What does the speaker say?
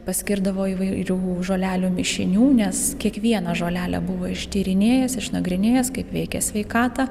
paskirdavo įvairių žolelių mišinių nes kiekvieną žolelę buvo ištyrinėjęs išnagrinėjęs kaip veikia sveikatą